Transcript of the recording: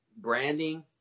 branding